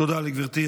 תודה לגברתי.